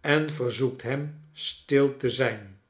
en verzoekt hem stil te zijn